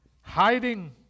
Hiding